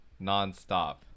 nonstop